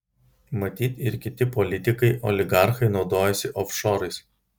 matyt ir kiti politikai oligarchai naudojasi ofšorais